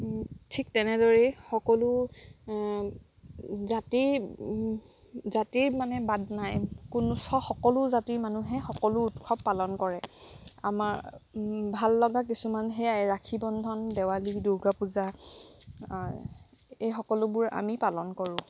ঠিক তেনেদৰেই সকলো জাতি জাতিৰ মানে বাদ নাই কোন উচ্চ সকলো জাতিৰ মানুহে সকলো উৎসৱ পালন কৰে আমাৰ ভাল লগা কিছুমান সেয়াই ৰাখী বন্ধন দেৱালী দূৰ্গাপূজা এইসকলোবোৰ আমি পালন কৰোঁ